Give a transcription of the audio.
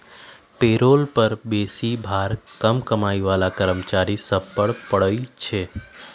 payroll कर बेशी भार कम कमाइ बला कर्मचारि सभ पर पड़इ छै